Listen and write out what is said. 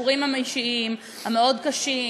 בסיפורים האישיים המאוד-קשים,